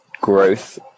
growth